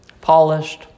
polished